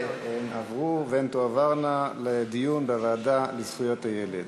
והן תועברנה לדיון בוועדה לזכויות הילד.